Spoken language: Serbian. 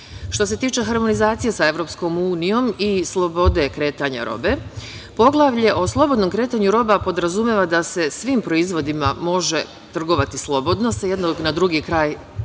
se tiče harmonizacije sa EU i slobode kretanja robe, Poglavlje o slobodnom kretanju roba podrazumeva da se svim proizvodima može trgovati slobodno, sa jednog na drugi kraj